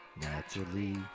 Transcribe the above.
Naturally